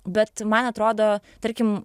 bet man atrodo tarkim